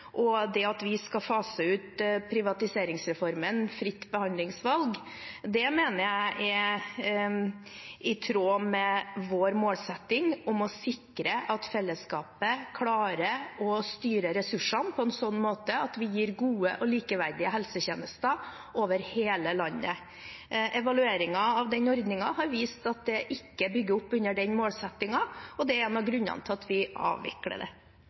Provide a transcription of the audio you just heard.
At vi skal fase ut privatiseringsreformen Fritt behandlingsvalg, mener jeg er i tråd med vår målsetting om å sikre at fellesskapet klarer å styre ressursene på en sånn måte at vi gir gode og likeverdige helsetjenester over hele landet. Evalueringen av den ordningen har vist at den ikke bygger opp under den målsettingen, og det er en av grunnene til at vi avvikler